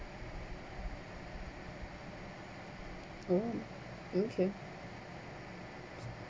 oh okay